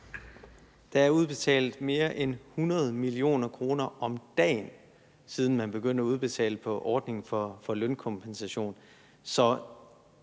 Det er udbetalt mere end 100 mio. kr. om dagen, siden man begyndte at udbetale på ordningen for lønkompensation,